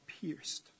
pierced